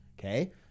Okay